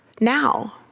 now